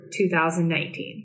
2019